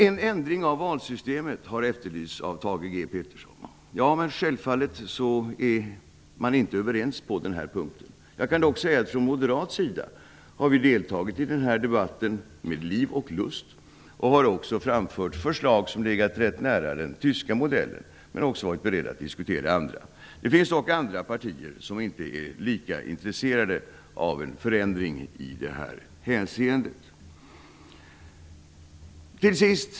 En ändring av valsystemet har efterlysts av Thage G Peterson. Men utskottet är inte överens på den punkten. Vi moderater har deltagit i debatten med liv och lust, och vi har framfört förslag som ligger nära den tyska modellen. Men vi har också varit beredda att diskutera andra förslag. Det finns dock andra partier som inte är lika intresserade av en förändring i det hänseendet. Fru talman!